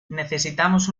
necesitamos